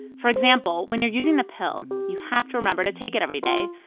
for example, when you're using the pill, you have to remember to take it every day.